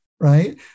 right